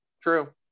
True